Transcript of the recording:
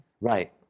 Right